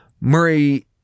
Murray